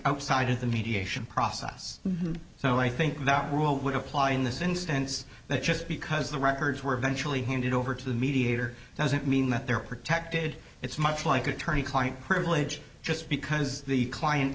outside of the mediation process so i think that rule would apply in this instance that just because the records were eventually handed over to the mediator doesn't mean that they're protected it's much like the attorney client privilege just because the client